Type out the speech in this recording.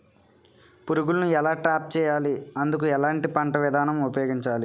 పురుగులను ఎలా ట్రాప్ చేయాలి? అందుకు ఎలాంటి పంట విధానం ఉపయోగించాలీ?